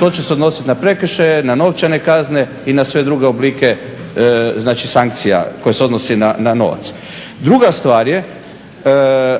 To će se odnositi na prekršaje, na novčane kazne i na sve druge oblike sankcija koje se odnose na novac. Druga stvar je,